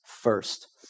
first